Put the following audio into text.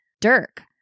Dirk